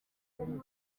inkuru